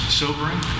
sobering